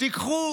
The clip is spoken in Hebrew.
תיקחו